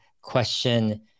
question